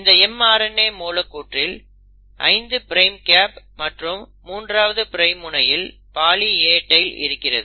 இந்த mRNA மூலக்கூறில் 5 prime cap மற்றும் 3ஆவது பிரைம் முனையில் பாலி A டெய்ல் இருக்கிறது